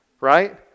Right